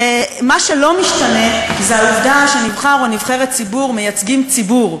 ומה שלא משתנה זה העובדה שנבחר או נבחרת ציבור מייצגים ציבור.